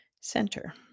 center